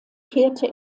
kehrte